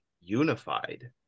unified